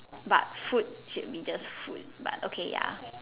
but food should be just food but okay ya